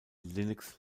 linux